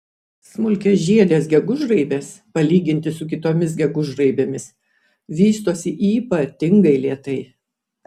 smulkiažiedės gegužraibės palyginti su kitomis gegužraibėmis vystosi ypatingai lėtai